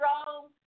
strong